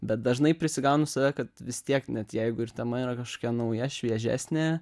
bet dažnai prisigaunu save kad vis tiek net jeigu ir tema yra kažkokia nauja šviežesnė